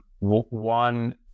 One